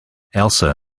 elsa